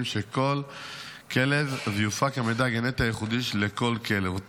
של כל כלב ויופק המידע הגנטי הייחודי לכל כלב.